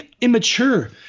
immature